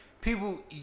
People